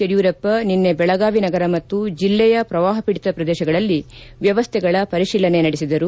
ಯಡಿಯೂರಪ್ಪ ನಿನ್ನೆ ಬೆಳಗಾವಿ ನಗರ ಮತ್ತು ಜಿಲ್ಲೆಯ ಪ್ರವಾಹಪೀಡಿತ ಪ್ರದೇಶಗಳಲ್ಲಿ ವ್ಯವಸ್ಥೆಗಳ ಪರಿಶೀಲನೆ ನಡೆಸಿದರು